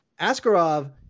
Askarov